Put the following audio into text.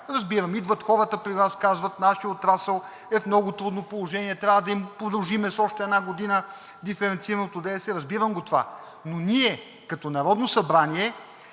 Разбирам, идват хората при Вас, казват: нашият отрасъл е в много трудно положение. Трябва да им продължим с още една година диференцираното ДДС. Разбирам го това, но ние като Народно събрание